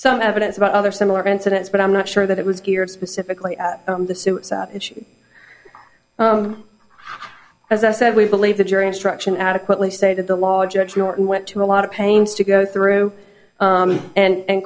some evidence about other similar incidents but i'm not sure that it was geared specifically at the suicide as i said we believe the jury instruction adequately say that the law judge norton went to a lot of pains to go through and